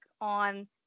on